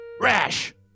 Rash